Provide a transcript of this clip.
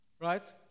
right